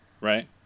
Right